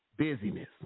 Busyness